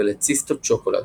ול"ציסטות שוקולד"